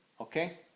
Okay